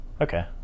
Okay